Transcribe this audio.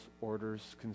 orders